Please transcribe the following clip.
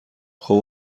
خوب